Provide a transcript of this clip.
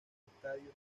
estadio